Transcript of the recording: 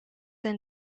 and